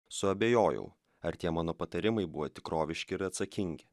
suabejojau ar tie mano patarimai buvo tikroviški ir atsakingi